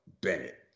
Bennett